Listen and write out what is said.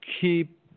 keep